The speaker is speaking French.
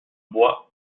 bois